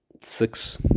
six